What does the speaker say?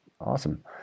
Awesome